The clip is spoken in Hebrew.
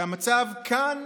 שהמצב כאן